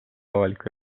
avaliku